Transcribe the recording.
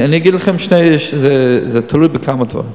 אני אגיד לכם, זה תלוי בכמה דברים.